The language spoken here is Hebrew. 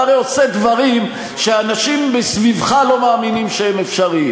אתה הרי עושה דברים שאנשים סביבך לא מאמינים שהם אפשריים.